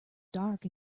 dark